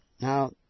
Now